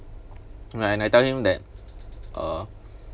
and and I tell him that uh